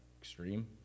extreme